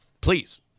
Please